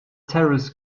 terrorist